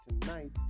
tonight